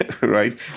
right